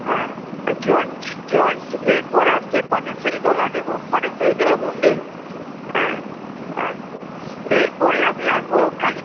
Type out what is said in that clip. হ্যাঁ জিয়ঞ্জ জিয়ঞ্জ এর পরে আসছে পাটেশ্বরীতলা দেখুন পাটেশ্বরীতলা মন্দির হ্যাঁ আচ্ছা এর পরে আমি আসব কালী